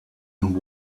and